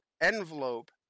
envelope